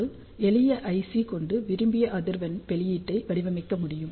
ஒரு எளிய ஐசி கொண்டு விரும்பிய அதிர்வெண் வெளியீட்டை வடிவமைக்க முடியும்